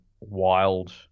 wild